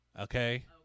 Okay